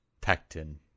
Pectin